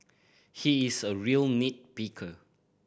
he is a real nit picker